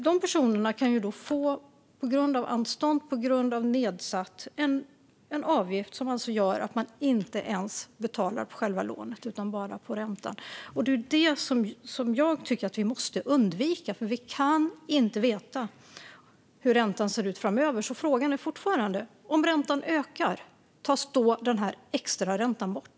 De personerna kan på grund av anstånd och nedsättning få en avgift som gör att de inte ens betalar på själva lånet utan bara på räntan, och det är det jag tycker att vi måste undvika. Vi kan nämligen inte veta hur räntan ser ut framöver. Frågan är därför fortfarande: Om räntan ökar, tas den här extraräntan då bort?